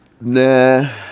Nah